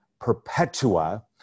Perpetua